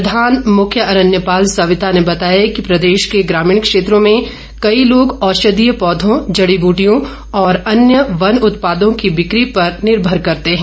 प्रधान मुख्य अरण्यपाल सविता ने बताया कि प्रदेश के ग्रामीण क्षेत्रो में कई लोग औषधीय पौधों जड़ी बुटियों और अन्य वन उत्पादों की बिक्री पर निर्भर करते हैं